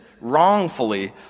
wrongfully